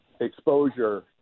exposure